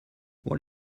what